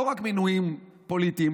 לא רק מינויים פוליטיים,